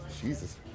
Jesus